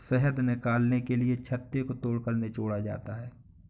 शहद निकालने के लिए छत्ते को तोड़कर निचोड़ा जाता है